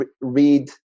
read